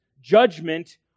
judgment